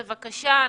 בבקשה,